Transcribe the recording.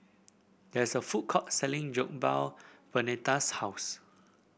there is a food court selling Jokbal Vernetta's house